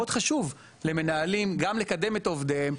מאוד חשוב למנהלים גם לקדם את עובדיהם.